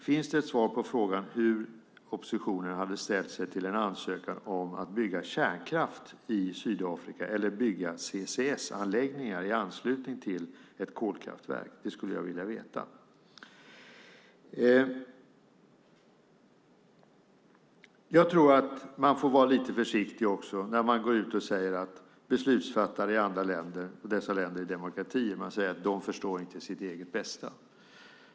Finns det ett svar på hur oppositionen hade ställt sig till en ansökan om att bygga kärnkraft eller CCS-anläggningar i anslutning till kolkraftverk i Sydafrika? Det skulle jag vilja veta. Jag tror att man får vara lite försiktig när man säger att beslutsfattare i andra demokratiska länder inte förstår sitt eget bästa.